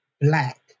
black